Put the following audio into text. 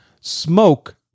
Smoke